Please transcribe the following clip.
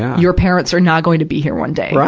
your parents are not going to be here one day. yeah